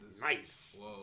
Nice